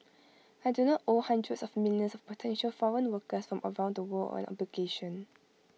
I do not owe hundreds of millions of potential foreign workers from around the world an obligation